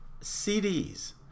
CDs